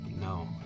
No